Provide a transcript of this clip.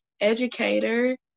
educator